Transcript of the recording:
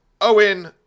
Owen